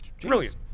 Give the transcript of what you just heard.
brilliant